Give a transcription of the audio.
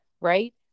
right